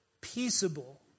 peaceable